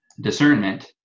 discernment